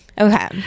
okay